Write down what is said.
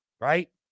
right